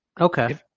Okay